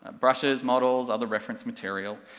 brushes, models, other reference material,